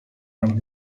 and